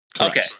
Okay